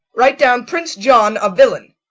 write down prince john a villain.